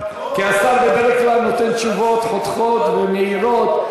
כי השר בדרך כלל נותן תשובות חותכות ומהירות,